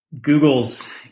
Google's